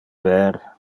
ver